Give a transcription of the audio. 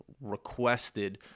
requested